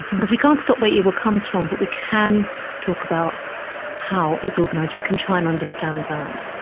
because we can't stop where evil comes from, but we can talk about how it's organized. we can try and understand that.